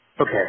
okay